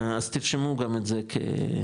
אז תרשמו גם את זה כבקשה,